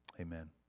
Amen